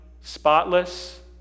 spotless